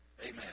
Amen